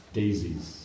daisies